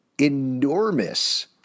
enormous